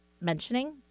mentioning